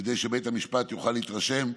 כדי שבית המשפט יוכל להתרשם,